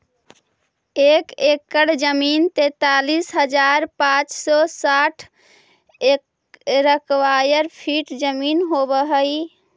एक एकड़ जमीन तैंतालीस हजार पांच सौ साठ स्क्वायर फीट जमीन होव हई